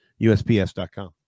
usps.com